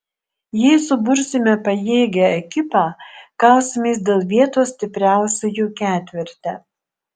jei subursime pajėgią ekipą kausimės dėl vietos stipriausiųjų ketverte